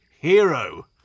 Hero